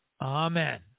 Amen